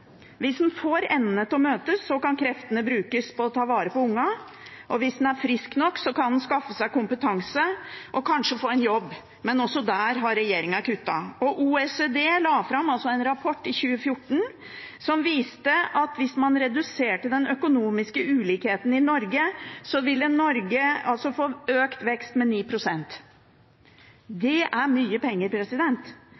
hvis vi gjør det. Hvis en får endene til å møtes, kan kreftene brukes til å ta vare på ungene, og hvis en er frisk nok, kan en skaffe seg kompetanse og kanskje få en jobb, men også der har regjeringen kuttet. OECD la fram en rapport i 2014 som viste at hvis man reduserte de økonomiske ulikhetene i Norge, ville Norge få en økt vekst